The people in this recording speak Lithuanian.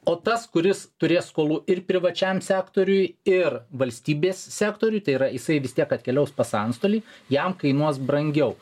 o tas kuris turės skolų ir privačiam sektoriui ir valstybės sektoriui tai yra jisai vis tiek atkeliaus pas antstolį jam kainuos brangiau